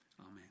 amen